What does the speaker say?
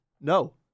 No